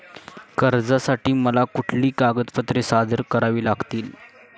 कर्जासाठी मला कुठली कागदपत्रे सादर करावी लागतील?